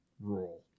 Rural